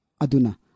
aduna